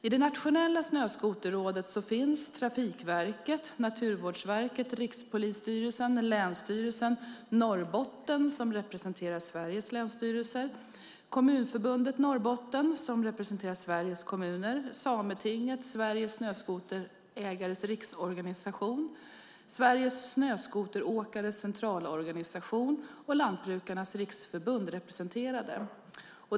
I Nationella Snöskoterrådet finns Trafikverket, Naturvårdsverket, Rikspolisstyrelsen, Länsstyrelsen Norrbotten , Kommunförbundet Norrbotten , Sametinget, Sveriges Snöskoterägares Riksorganisation , Sveriges Snöskoteråkares Centralorganisation och Lantbrukarnas riksförbund representerade.